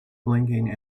blinking